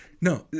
No